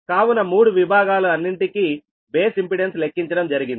కావున మూడు విభాగాలు అన్నింటికీ బేస్ ఇంపెడెన్స్ లెక్కించడం జరిగింది